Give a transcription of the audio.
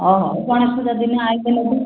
ଅ ହଉ ଗଣେଶ ପୂଜା ଦିନ ଆଇଲେ ନେବେ